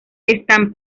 están